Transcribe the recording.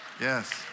Yes